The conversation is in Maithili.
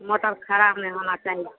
मोटर खराब नहि होना चाही